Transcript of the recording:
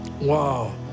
Wow